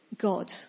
God